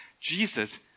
jesus